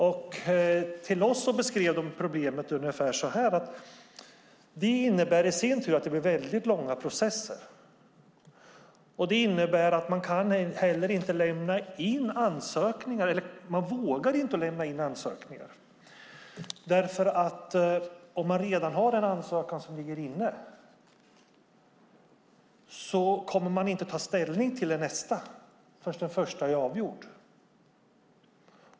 För oss beskrev industrin problemet ungefär som följande. Det här innebär i sin tur långa processer. Det här innebär också att de inte heller vågar lämna in ansökningar därför att om det redan finns en ansökan inne kommer man inte att ta ställning till nästa ansökan förrän den första är avgjord.